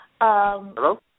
Hello